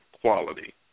quality